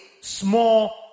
small